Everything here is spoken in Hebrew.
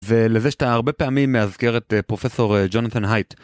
ולזה שאתה הרבה פעמים מאזכר את פרופ' ג'ונת'ן הייט.